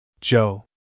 Joe